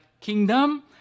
Kingdom